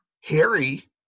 Harry